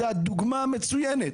זו דוגמה מצוינת.